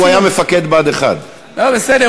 שהוא היה מפקד בה"ד 1. בסדר,